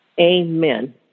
Amen